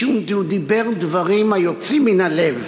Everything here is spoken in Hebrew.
משום שהוא דיבר דברים היוצאים מן הלב.